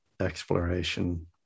exploration